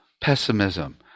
pessimism